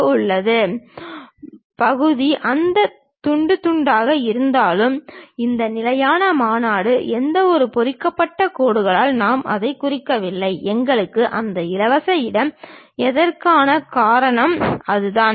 flange பகுதி அது துண்டு துண்டாக இருந்தாலும் இந்த நிலையான மாநாடு எந்தவொரு பொறிக்கப்பட்ட கோடுகளாலும் நாம் அதைக் குறிக்கவில்லை எங்களுக்கு அந்த இலவச இடம் இருப்பதற்கான காரணம் அதுதான்